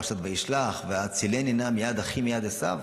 פרשת וישלח: "הצילני נא מיד אחי מיד עשו".